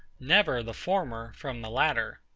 never the former from the latter.